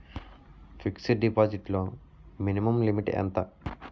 Fixed deposit లో minimum limit ఎంత?